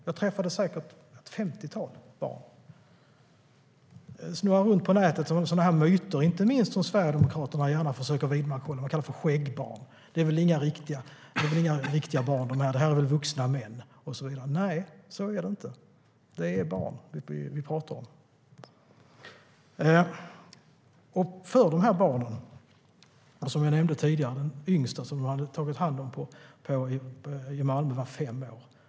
Jag träffade säkert ett femtiotal barn. Det snurrar runt en massa myter på nätet som inte minst Sverigedemokraterna försöker vidmakthålla. Man kallar dem för "skäggbarn" och säger att de inte är riktiga barn utan vuxna män. Men så är det inte. Det är barn vi pratar om. Den yngsta man hade tagit hand om i Malmö var fem år.